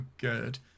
good